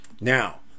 Now